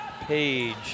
Page